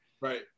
right